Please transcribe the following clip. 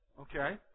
Okay